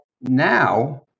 now